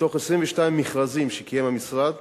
מתוך 22 מכרזים שקיים המשרד,